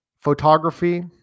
photography